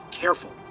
careful